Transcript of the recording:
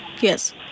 Yes